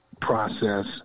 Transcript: process